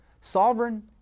Sovereign